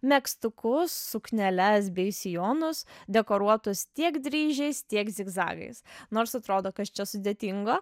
megztukus sukneles bei sijonus dekoruotus tiek dryžiais tiek zigzagais nors atrodo kas čia sudėtingo